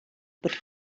bod